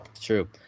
True